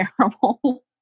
terrible